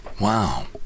Wow